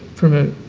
from a